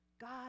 God